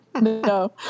no